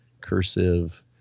cursive